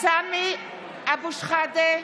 סמי אבו שחאדה,